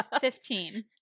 Fifteen